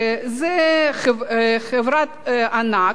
שזאת חברת ענק,